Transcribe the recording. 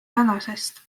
tänasest